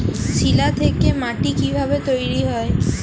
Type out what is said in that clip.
শিলা থেকে মাটি কিভাবে তৈরী হয়?